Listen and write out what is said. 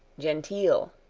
genteel,